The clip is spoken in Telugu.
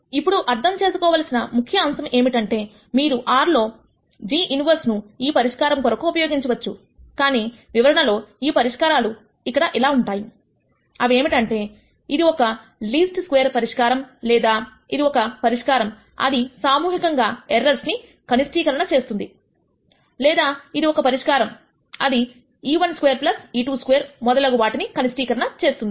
ఇప్పుడు అర్థం చేసుకోవలసిన ముఖ్యఅంశం ఏమిటంటే మీరు R లో g ఇన్వెర్స్ ను ఈ పరిష్కారం కొరకు ఉపయోగించవచ్చు కానీ వివరణలో ఈ పరిష్కారాలు ఇక్కడ ఇలా ఉంటాయి అవి ఏమిటంటే ఇది ఒక లీస్ట్ స్క్వేర్ పరిష్కారం లేదా ఇది ఒక పరిష్కారం అది సామూహికంగా ఎర్రర్స్ ని కనిష్ఠీకరణ చేస్తుంది లేదా ఇది ఒక పరిష్కారం అది e12 e22 మొదలగు వాటిని కనిష్ఠీకరణ చేస్తుంది